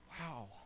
wow